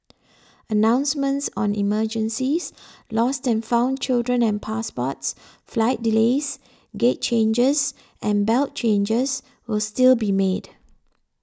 announcements on emergencies lost and found children and passports flight delays gate changes and belt changes will still be made